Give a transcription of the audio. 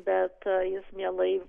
bet jis mielai